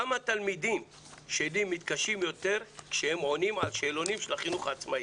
גם התלמידים שלי מתקשים יותר כשהם עונים על שאלונים של החינוך העצמאי,